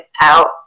out